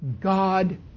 God